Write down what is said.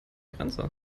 grenze